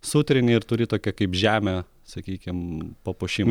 sutrini ir turi tokią kaip žemę sakykim papuošimo